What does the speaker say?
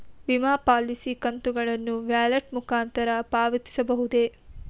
ವಿಮಾ ಪಾಲಿಸಿ ಕಂತುಗಳನ್ನು ವ್ಯಾಲೆಟ್ ಮುಖಾಂತರ ಪಾವತಿಸಬಹುದೇ?